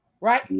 right